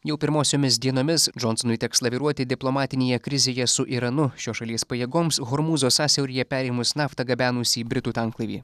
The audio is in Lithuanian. jau pirmosiomis dienomis džonsonui teks laviruoti diplomatinėje krizėje su iranu šios šalies pajėgoms hormūzo sąsiauryje perėmus naftą gabenusį britų tanklaivį